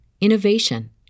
innovation